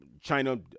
China